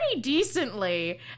decently